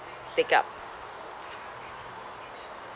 take up